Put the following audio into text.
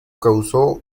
causó